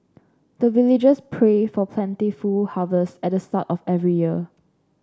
the villagers pray for plentiful harvest at the start of every year